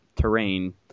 terrain